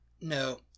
No